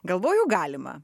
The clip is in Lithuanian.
galvoju galima